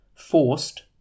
Forced